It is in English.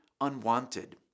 unwanted